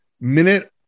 minute